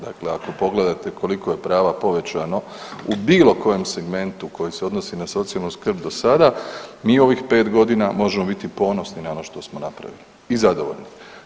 Dakle, ako pogledate koliko je prava povećano u bilo kojem segmentu koji se odnosi na socijalnu skrb do sada mi ovih pet godina možemo biti ponosni na ono što smo napravili i zadovoljni.